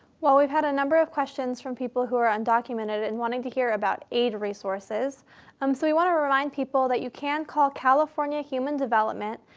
well we've had a number of questions from people who are undocumented and wanting to hear about aid resources. um so we want to remind people that you can call california human development.